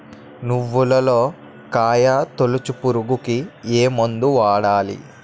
నువ్వులలో కాయ తోలుచు పురుగుకి ఏ మందు వాడాలి?